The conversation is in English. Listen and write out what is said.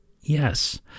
Yes